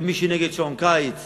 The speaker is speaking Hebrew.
ומי שנגד שעון קיץ